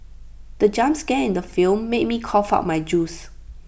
the jump scare in the film made me cough out my juice